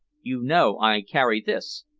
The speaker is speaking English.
you know i carry this,